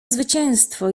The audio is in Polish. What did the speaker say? zwycięstwo